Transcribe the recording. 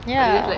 ya